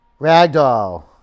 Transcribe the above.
Ragdoll